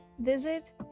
visit